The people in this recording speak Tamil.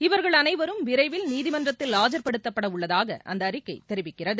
இவர்கள் அனைவரும் விரைவில் நீதிமன்றத்தில் ஆஜர்படுத்தப்படவுள்ளதாக அந்த அறிக்கை தெரிவிக்கிறது